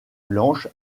blanche